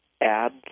add